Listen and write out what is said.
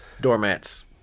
Doormats